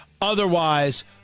Otherwise